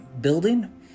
building